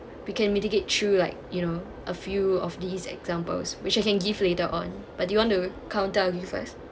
we can mitigate through like you know a few of these examples which I can give later on but you want to count down you first